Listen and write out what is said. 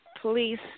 police